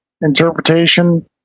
interpretation